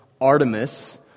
Artemis